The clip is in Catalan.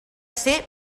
ser